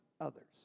others